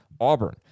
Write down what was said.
Auburn